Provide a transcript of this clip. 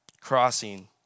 crossing